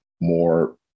more